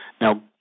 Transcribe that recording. Now